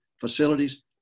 facilities